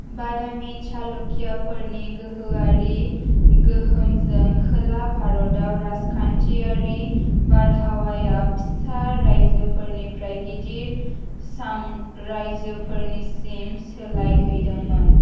बादामि चालुक्य'फोरनि गोहोआरि गोहोमजों खोला भारताव राजखान्थियारि बारहावाया फिसा रायजोफोरनिफ्राय गिदिर साम्रायजोफोरनिसिम सोलायहैदोंमोन